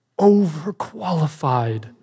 overqualified